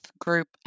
group